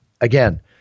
again